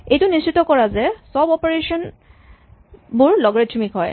এইটো নিশ্চিত কৰা যাতে এই চব অপাৰেচন বোৰ লগাৰিথমিক হয়